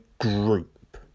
group